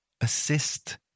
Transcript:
assist